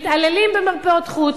מתעללים במרפאות חוץ,